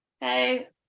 hey